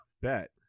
Bet